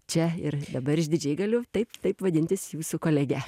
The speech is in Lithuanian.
čia ir dabar išdidžiai galiu taip taip vadintis jūsų kolege